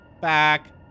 back